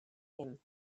him